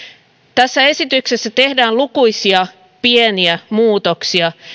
tässä esityksessä tehdään lukuisia pieniä muutoksia